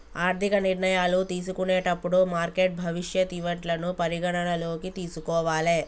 ఆర్థిక నిర్ణయాలు తీసుకునేటప్పుడు మార్కెట్ భవిష్యత్ ఈవెంట్లను పరిగణనలోకి తీసుకోవాలే